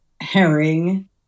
herring